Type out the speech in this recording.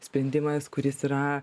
sprendimas kuris yra